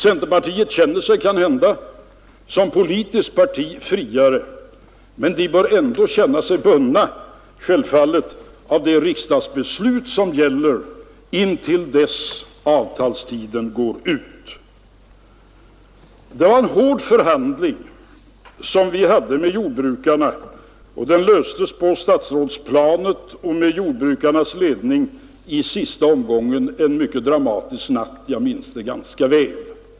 Centerpartiet känner sig kanhända som politiskt parti friare, men det bör ändå självfallet anse sig bundet av det riksdagsbeslut som gäller till dess att avtalstiden går ut. Det var en hård förhandling som vi hade med jordbrukarna, och den löstes i sista omgången på statsrådsplanet med jordbrukarnas ledning under en mycket dramatisk natt. Jag minns det ganska väl.